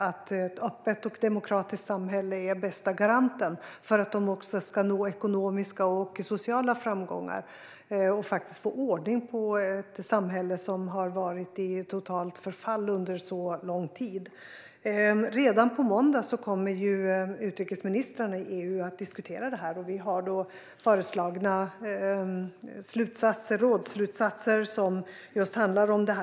Ett öppet och demokratiskt samhälle är bästa garanten för att man i Zimbabwe också ska nå ekonomiska och sociala framgångar och få ordning på ett samhälle som har varit i totalt förfall under så lång tid. Redan på måndag kommer ju utrikesministrarna i EU att diskutera frågan. Det finns föreslagna rådsslutsatser som handlar om detta.